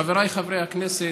חבריי חברי הכנסת,